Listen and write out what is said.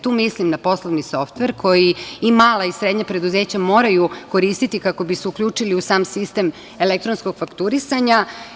Tu mislim na poslovni softver koji i mala i srednja preduzeća moraju koristiti kako bi se uključili u sam sistem elektronskog fakturisanja.